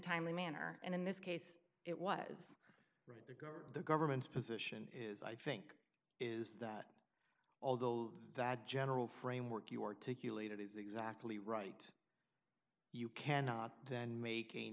timely manner and in this case it was the government's position is i think is that although that general framework you articulated is exactly right you cannot then making